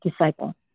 disciple